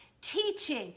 teaching